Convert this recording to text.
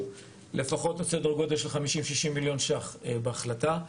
לפחות בסדר גודל של 50-60 מיליון שקלים בהחלטה.